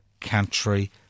country